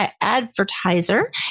advertiser